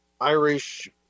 Irish